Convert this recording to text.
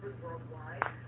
worldwide